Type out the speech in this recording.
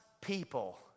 people